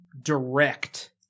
direct